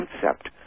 concept